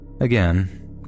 Again